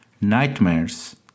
nightmares